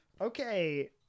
okay